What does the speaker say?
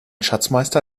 schatzmeister